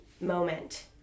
moment